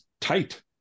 tight